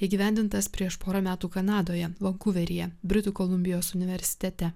įgyvendintas prieš porą metų kanadoje vankuveryje britų kolumbijos universitete